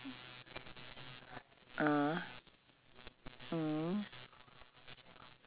but five fifty is considered u~ normal lah eh ah